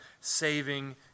saving